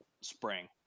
spring